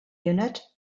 unit